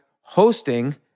hosting